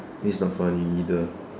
this is not funny either